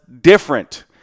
different